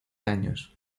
años